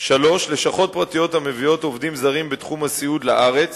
3. לשכות פרטיות המביאות עובדים זרים בתחום הסיעוד לארץ